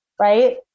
right